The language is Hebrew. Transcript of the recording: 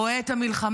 רואה את המלחמה,